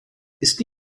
ist